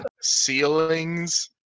ceilings